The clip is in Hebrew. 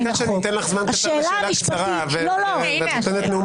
ביקשת שאני אתן לך זמן קצר לשאלה קצרה ואת נותנת נאום לגופו.